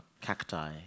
cacti